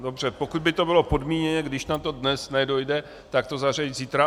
Dobře, pokud by to bylo podmíněně, když na to dnes nedojde, tak to zařadit zítra.